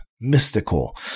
mystical